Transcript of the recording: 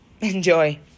Enjoy